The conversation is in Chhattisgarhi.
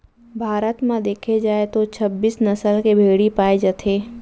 भारत म देखे जाए तो छब्बीस नसल के भेड़ी पाए जाथे